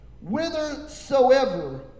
whithersoever